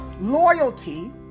loyalty